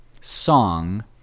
song